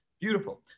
Beautiful